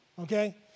Okay